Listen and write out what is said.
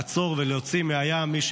לעצור ולהוציא מהים,